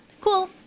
Cool